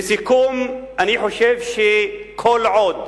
לסיכום, אני חושב שכל עוד